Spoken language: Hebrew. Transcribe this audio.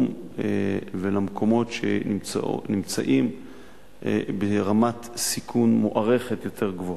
ולמקומות שנמצאים ברמת סיכון מוערכת יותר גבוהה.